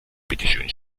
bitteschön